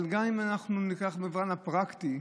גם אם ניקח את המובן הפרקטי,